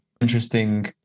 interesting